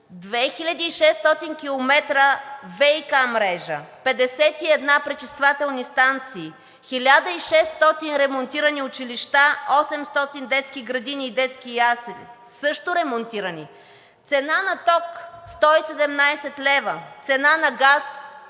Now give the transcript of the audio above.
2600 км ВиК мрежа; 51 пречиствателни станции; 1600 ремонтирани училища; 800 детски градини и детски ясли, също ремонтирани; цена на ток – 117 лв.; цена на газ –